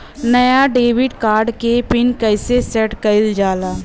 नया debit card क PIN कईसे सेट कईल जाला?